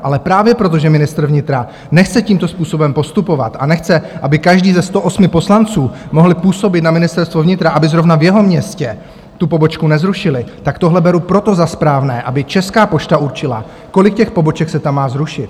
Ale právě proto, že ministr vnitra nechce tímto způsobem postupovat a nechce, aby každý ze 108 poslanců mohl působit na Ministerstvo vnitra, aby zrovna v jeho městě tu pobočku nezrušili, tak tohle beru proto za správné, aby Česká pošta určila, kolik těch poboček se tam má zrušit.